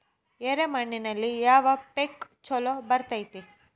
ಎರೆ ಮಣ್ಣಿನಲ್ಲಿ ಯಾವ ಪೇಕ್ ಛಲೋ ಬರತೈತ್ರಿ?